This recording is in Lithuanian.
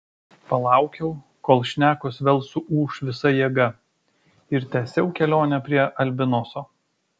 palaukiau kol šnekos vėl suūš visa jėga ir tęsiau kelionę prie albinoso